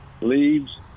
leaves